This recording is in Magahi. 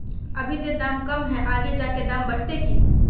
अभी ते दाम कम है आगे जाके दाम बढ़ते की?